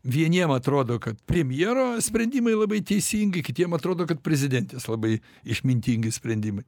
vieniem atrodo kad premjero sprendimai labai teisingi kitiem atrodo kad prezidentės labai išmintingi sprendimai